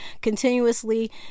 continuously